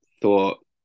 thought